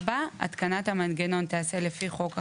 (4)התקנת המנגנון תעשה לפי חוק החשמל,